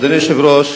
אדוני היושב-ראש,